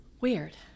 weird